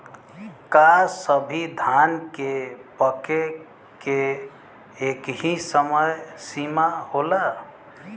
का सभी धान के पके के एकही समय सीमा होला?